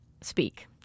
speak